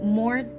more